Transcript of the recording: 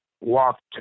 walked